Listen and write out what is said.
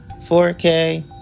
4K